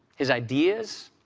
his ideas,